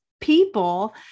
people